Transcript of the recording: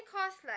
cause like